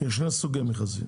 סוגי מכרזים